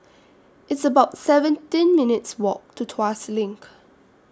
It's about seventeen minutes' Walk to Tuas LINK